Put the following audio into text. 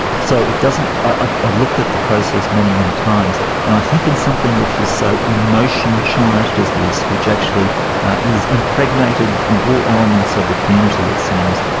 so it doesn't, ah i've looked at the process many, many times and i think in something which is so emotion-charged as this, which actually is impregnated in all elements of the community, it seems,